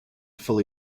fully